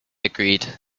agreed